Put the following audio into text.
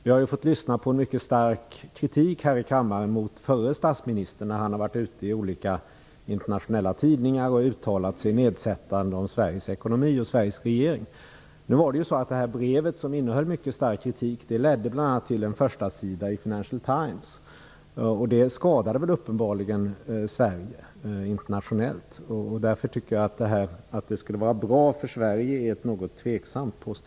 Vi har fått lyssna på en mycket stark kritik här i kammaren mot förre statsministern, när han i tidningar internationellt har uttalat sig nedsättande om Sveriges ekonomi och Sveriges regering. Det här brevet, som innehöll mycket stark kritik, ledde bl.a. till en förstasida i Financial Times. Det skadade uppenbarligen Sverige internationellt. Därför tycker jag att påståendet att detta skulle vara bra för Sverige är något tveksamt.